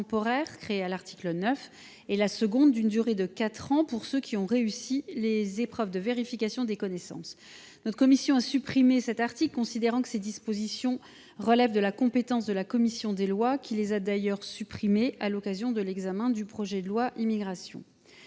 créée à l’article 9. La seconde est d’une durée de quatre ans, pour ceux qui ont réussi les épreuves de vérification des connaissances. Notre commission a supprimé cet article, considérant que ces dispositions relèvent de la compétence de la commission des lois, qui les a d’ailleurs supprimées à l’occasion de l’examen du projet de loi pour